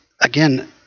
again